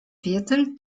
viertel